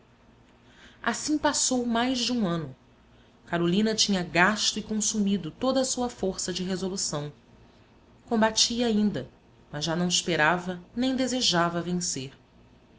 assim passou mais de um ano carolina tinha gasto e consumido toda a sua força de resolução combatia ainda mas já não esperava nem desejava vencer